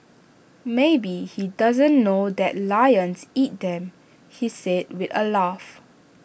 maybe he doesn't know that lions eat them he said with A laugh